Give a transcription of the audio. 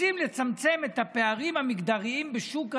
רוצים לצמצם את הפערים המגדריים בשוק העבודה,